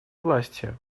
власти